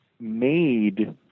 made